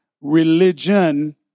religion